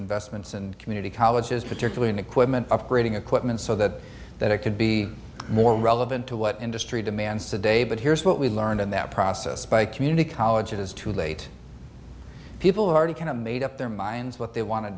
investments and community colleges particularly in equipment upgrading equipment so that that it can be more relevant to what industry demands today but here's what we learned in that process by community colleges too late people are the kind of made up their minds what they want to